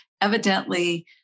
Evidently